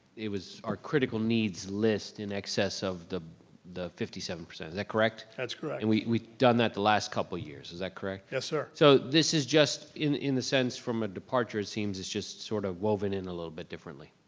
it was our critical needs list in excess of the the fifty seven. is that correct? that's correct. and we've we've done that the last couple years, is that correct? yes, sir. so this is just, in in the sense, from a departure, it seems it's just sort of woven in a little bit differently.